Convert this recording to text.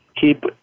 keep